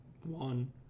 one